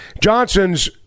Johnson's